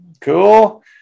cool